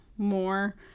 More